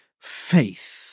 faith